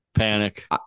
panic